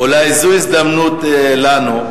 אולי זו הזדמנות לנו,